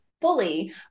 fully